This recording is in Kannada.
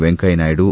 ವೆಂಕಯ್ಯನಾಯ್ಡು